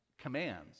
commands